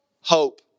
Hope